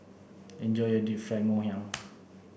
enjoy your deep fried Ngoh Hiang